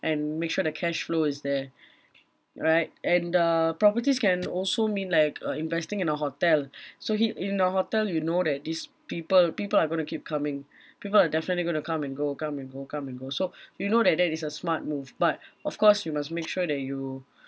and make sure the cash flow is there right and the properties can also mean like uh investing in a hotel so he~ in a hotel you know that these people people are going to keep coming people are definitely going to come and go come and go come and go so you know that that is a smart move but of course you must make sure that you